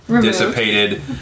dissipated